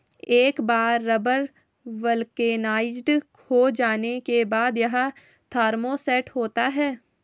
एक बार rubber vulcanised हो जाने के बाद, यह थर्मोसेट होता है